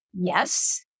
Yes